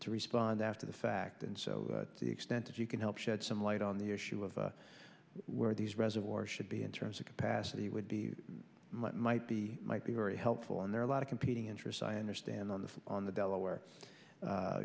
to respond after the fact and so the extent that you can help shed some light on the issue of where these reservoir should be in terms of capacity would be might be might be very helpful and there are a lot of competing interests i understand on the on the delaware